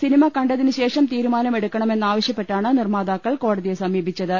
cinema കണ്ടതിന്ശേഷം തീരുമാനമെടുക്കണമെന്നാ വശ്യപ്പെട്ടാണ് നിർമ്മാതാക്കൾ കോടതിയെ സമീപിച്ച ത്